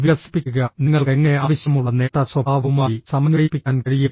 വികസിപ്പിക്കുക നിങ്ങൾക്ക് എങ്ങനെ ആവശ്യമുള്ള നേട്ട സ്വഭാവവുമായി സമന്വയിപ്പിക്കാൻ കഴിയും